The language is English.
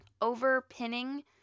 Overpinning